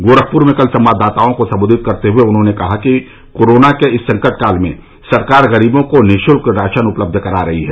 गोरखपुर में कल संवाददाताओं को संबोधित करते हुए उन्होंने कहा कि कोरोना के इस संकटकाल में सरकार गरीबों को निःशुल्क राशन उपलब्ध करा रही है